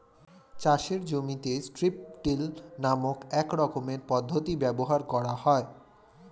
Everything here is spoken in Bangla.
চাষের জমিতে স্ট্রিপ টিল নামক এক রকমের পদ্ধতি ব্যবহার করা হয়